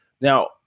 Now